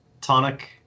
tonic